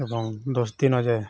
ଏବଂ ଦଶ ଦିନ ଯାଏଁ